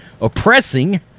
oppressing